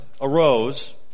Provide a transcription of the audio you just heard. arose